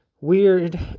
weird